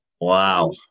Wow